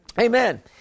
Amen